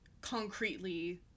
concretely